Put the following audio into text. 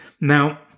Now